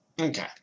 okay